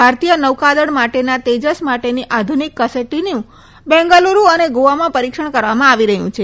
ભારતીય નોકાદળ માટેના તેજસ આધુનીક કસોટી બેંગાલુરૂ અને ગોવામાં પરીક્ષણ કરવામાં આવી રહયું છે